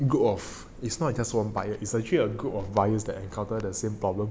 roup of it's not just one buyer is actually a group of buyers that encounter that same problem